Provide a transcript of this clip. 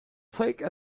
plaque